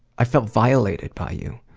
i felt violated by you.